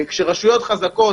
רשויות חזקות